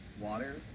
water